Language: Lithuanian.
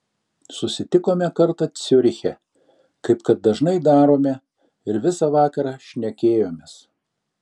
susitikome kartą ciuriche kaip kad dažnai darome ir visą vakarą šnekėjomės